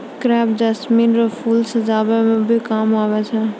crepe jasmine रो फूल सजावटी मे भी काम हुवै छै